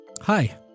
Hi